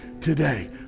today